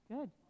Good